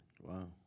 Wow